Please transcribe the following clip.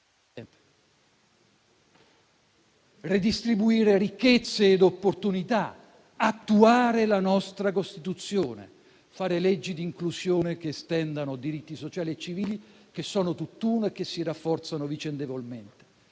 redistribuire ricchezze ed opportunità, attuare la nostra Costituzione, fare leggi di inclusione che estendano diritti sociali e civili che sono tutt'uno e si rafforzano vicendevolmente.